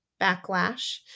backlash